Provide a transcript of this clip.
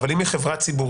אבל אם היא חברה ציבורית,